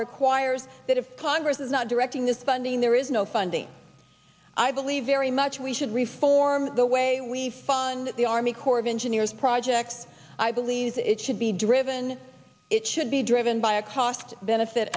requires that if congress is not directing this funding there is no funding i believe very much we should reform the way we fund the army corps of engineers projects i believe it should be driven it should be driven by a cost benefit